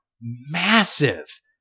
massive